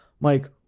mike